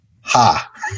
Ha